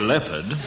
Leopard